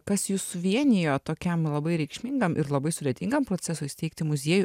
kas jus suvienijo tokiam labai reikšmingam ir labai sudėtingam procesui steigti muziejų